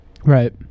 Right